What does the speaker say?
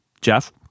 Jeff